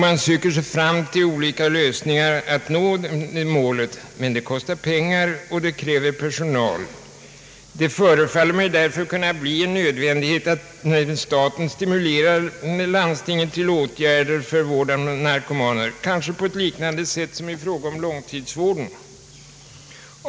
Man söker sig fram till olika lösningar för att uppnå resultat, men det kostar pengar och kräver personal. Det förefaller mig därför kunna bli nödvändigt att staten stimulerar landstingen till vårdåtgärder av narkomaner, kanske på liknande sätt som i fråga om långtidsvården.